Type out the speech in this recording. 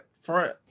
front